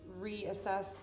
reassess